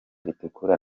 ritukura